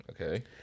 Okay